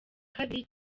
kabiri